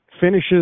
finishes